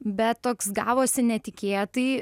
bet toks gavosi netikėtai